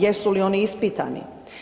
Jesu li oni ispitani?